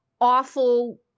awful